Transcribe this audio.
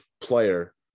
player